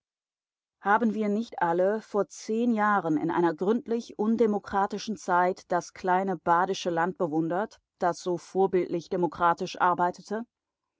haben wir nicht alle vor zehn jahren in einer gründlich undemokratischen zeit das kleine badische land bewundert das so vorbildlich demokratisch arbeitete